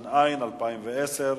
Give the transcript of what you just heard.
התש"ע 2010,